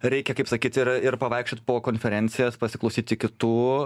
reikia kaip sakyt ir ir pavaikščiot po konferencijas pasiklausyti kitų